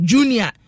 Junior